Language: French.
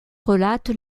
relate